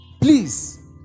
Please